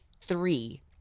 three